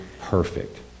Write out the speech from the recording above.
perfect